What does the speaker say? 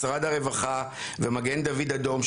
משרד הרווחה ומגן דוד אדום,